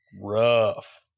rough